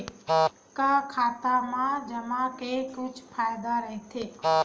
का खाता मा जमा के कुछु फ़ायदा राइथे?